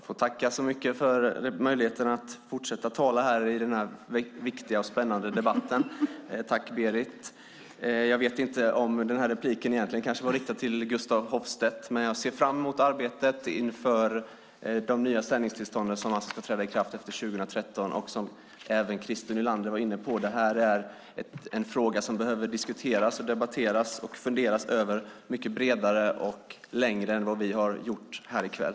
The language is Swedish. Fru talman! Jag får tacka så mycket för möjligheten att fortsätta tala i den här viktiga och spännande debatten. Tack, Berit! Jag vet inte om den här repliken egentligen var riktad till Gustaf Hoffstedt. Men jag ser fram emot arbetet inför de nya sändningstillstånden, som alltså ska träda i kraft efter 2013 och som även Christer Nylander var inne på. Det här är en fråga som behöver diskuteras och debatteras och funderas över mycket bredare och längre än vad vi har gjort här i kväll.